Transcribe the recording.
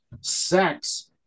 sex